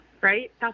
right